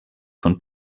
von